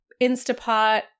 Instapot